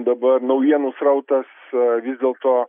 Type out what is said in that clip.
dabar naujienų srautas vis dėlto